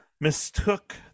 mistook